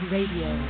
Radio